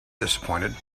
disappointed